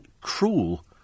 cruel